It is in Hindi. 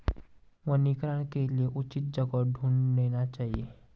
वनीकरण के लिए उचित जगह ढूंढ लेनी चाहिए